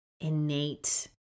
innate